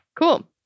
Cool